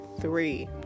three